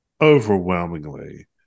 overwhelmingly